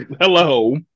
Hello